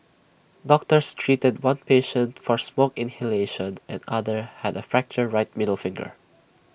doctors treated one patient for smoke inhalation and another had A fractured right middle finger